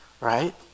right